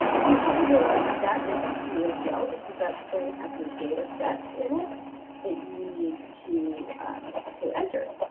so, you probably want to have that next to you as well because that's going to have your data sets in it that you need to to enter.